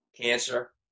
cancer